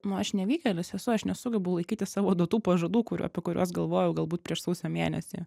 nu aš nevykėlis esu aš nesugebu laikytis savo duotų pažadų kurių apie kuriuos galvojau galbūt prieš sausio mėnesį